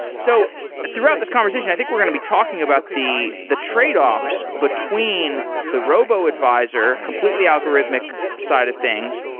so throughout this conversation, i think we're going to be talking about the the tradeoffs between the robo-advisor, completely algorithmic side of things,